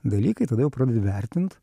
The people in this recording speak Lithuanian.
dalykai tada jau pradedi vertint